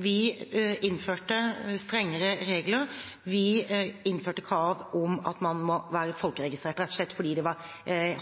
Vi innførte strengere regler, vi innførte krav om at man må være folkeregistrert, rett og slett fordi det var